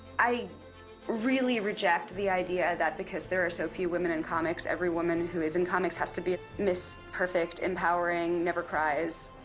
i really reject the idea that because there are so few women in comics, every woman who is in comics has to be miss perfect, empowering, never cries.